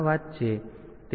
તેથી તે શોધી કાઢવામાં આવશે